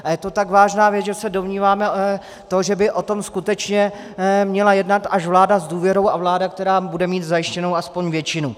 A je to tak vážná věc, že se domníváme, že by o tom skutečně měla jednat až vláda s důvěrou a vláda, která bude mít zajištěnou aspoň většinu.